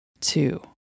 two